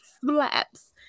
slaps